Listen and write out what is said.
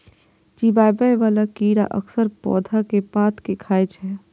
चिबाबै बला कीड़ा अक्सर पौधा के पात कें खाय छै